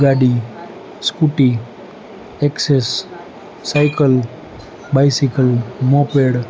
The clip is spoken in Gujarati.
ગાડી scooty Access cycle bicycle moped